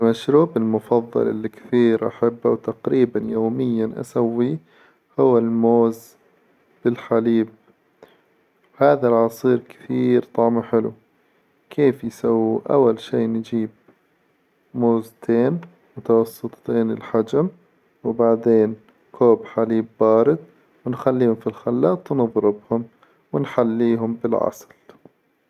المشروب المفظل إللي كثير أحبه وتقريبا يوميا أسويه هو الموز بالحليب، هذا العصير كثير طعمه حلو كيف يسووه؟ أول شئ نجيب موزتين متوسطين الحجم، وبعدين كوب حليب بارد، ونخليهم في الخلاط ونظربهم، ونحليهم بالعسل.